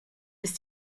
with